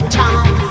time